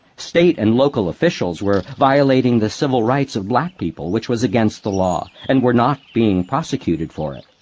state and local officials were violating the civil rights of black people, which was against the law, and were not being prosecuted for it.